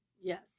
Yes